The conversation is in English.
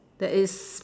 that is